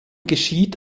geschieht